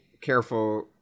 careful